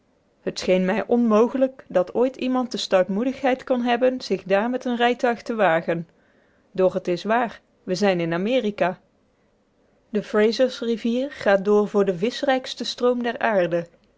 het scheen mij onmogelijk dat ooit iemand de stoutmoedigheid kon hebben zich daar met een rijtuig te wagen doch t is waar we zijn in amerika de frasersrivier gaat door voor den vischrijksten stroom der aarde